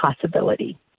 possibility